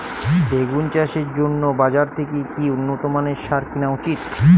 বেগুন চাষের জন্য বাজার থেকে কি উন্নত মানের সার কিনা উচিৎ?